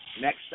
Next